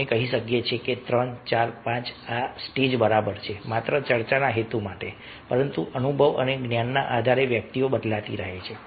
આપણે કહી શકીએ કે 3 4 5 આ સ્ટેજ બરાબર છે માત્ર ચર્ચાના હેતુ માટે પરંતુ અનુભવ અને જ્ઞાનના આધારે વ્યક્તિઓ બદલાતી રહે છે